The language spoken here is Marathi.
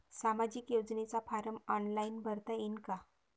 सामाजिक योजनेचा फारम ऑनलाईन भरता येईन का?